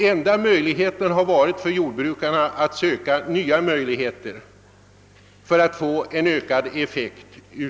Enda möjligheten för jordbrukarna har varit att pröva nya metoder.